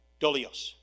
Dolios